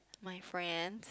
my friend